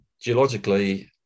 geologically